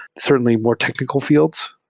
certainly, more technical fields,